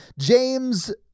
James